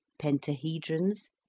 pentahedrons,